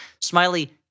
Smiley—